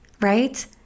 right